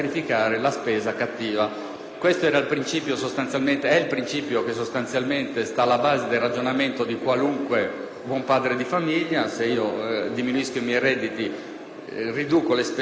Questo è il principio che sostanzialmente sta alla base del ragionamento di qualunque buon padre di famiglia: se diminuisco i miei redditi riduco le spese superflue e lascio la spesa laddove